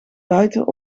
buiten